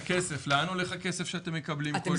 לאן הולך הכסף שאתם מקבלים כל יום.